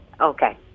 Okay